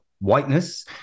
whiteness